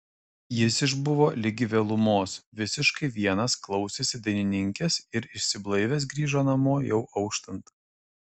jis išbuvo ligi vėlumos visiškai vienas klausėsi dainininkės ir išsiblaivęs grįžo namo jau auštant